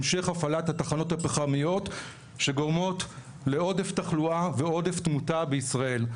המשך הפעלת התחנות הפחמיות שגורמות לעודף תחלואה ועודף תמותה בישראל.